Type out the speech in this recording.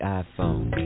iPhone